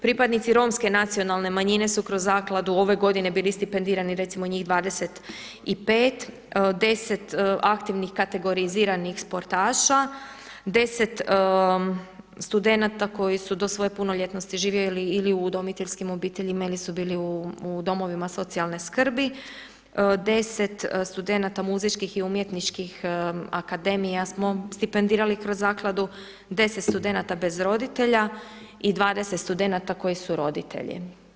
Pripadnici romske nacionalne manjine su kroz zakladu ove godine bili stipendirani recimo njih 25, 10 aktivnih kategoriziranih sportaša, 10 studenata koji su do svoje punoljetnosti živjeli ili u udomiteljskim obiteljima ili su bili u domovima socijalne skrbi, 10 studenata muzičkih i umjetničkih akademija smo stipendirali kroz zakladu, 10 studenata bez roditelja i 20 studenata koji su roditelji.